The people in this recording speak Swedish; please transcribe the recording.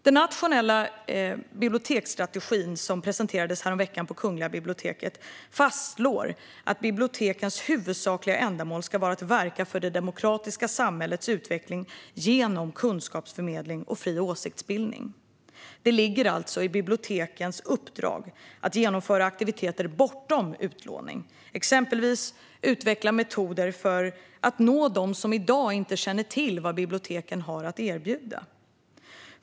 Den nationella biblioteksstrategin, som presenterades häromveckan på Kungliga biblioteket, fastslår att bibliotekens huvudsakliga ändamål ska vara att verka för det demokratiska samhällets utveckling genom kunskapsförmedling och fri åsiktsbildning. Det ligger alltså i bibliotekens uppdrag att genomföra aktiviteter bortom utlåning, exempelvis att utveckla metoder för att nå dem som i dag inte känner till vad biblioteken har att erbjuda.